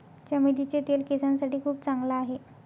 चमेलीचे तेल केसांसाठी खूप चांगला आहे